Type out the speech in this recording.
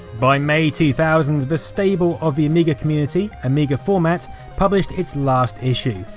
by may two thousand the stable of the amiga community, amiga format published its last issue.